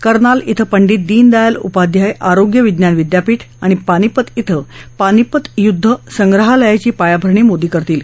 कर्नाल धिं पंडित दीनदयाल उपाध्याय आरोग्य विज्ञान विद्यापीठ आणि पानिपत क्रिं पानिपत युद्ध संग्रहालयाची पायाभरणी मोदी करतील